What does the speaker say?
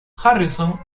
harrison